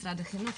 משרד החינוך,